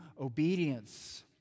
obedience